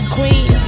Queen